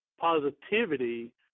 positivity